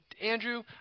Andrew